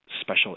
special